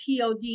POD